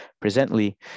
presently